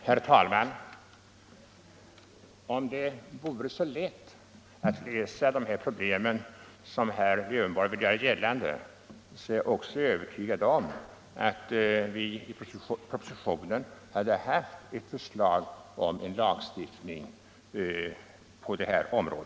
Herr talman! Om det vore så lätt att lösa de här problemen, som herr Lövenborg vill göra gällande, är jag övertygad om att vi i propositionen hade fått ett förslag om lagstiftning.